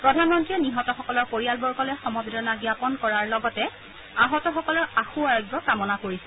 প্ৰধানমন্ত্ৰীয়ে নিহতসকলৰ পৰিয়ালবৰ্গলৈ সমবেদনা জ্ঞাপন কৰাৰ লগতে আহৃতসকলৰ আশু আৰোগ্য কামনা কৰিছে